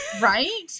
right